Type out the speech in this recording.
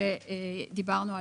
עליו דיברנו קודם,